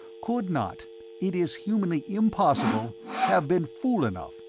could not it is humanly impossible have been fool enough,